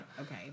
Okay